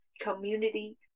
community